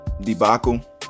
debacle